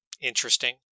interesting